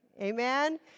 Amen